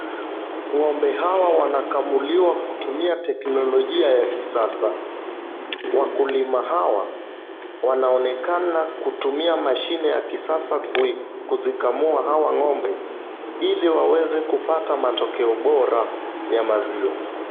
Ng'ombe hawa wanakamuliwa kupitia teknolojia ya kisasa. Wakulima hawa wanaonekana kutumia mashine ya kisasa kuzikamua hawa ng'ombe, ili waweze kupata matokeo bora ya maziwa.